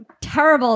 terrible